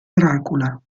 dracula